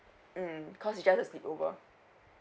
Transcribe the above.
mm cause it's just a sleepover